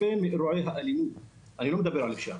כשאני מדבר על אירועי האלימות אני לא מדבר על הפשיעה,